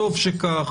וטוב שכך,